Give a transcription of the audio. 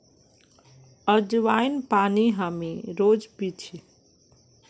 अज्वाइन पानी हामी रोज़ पी छी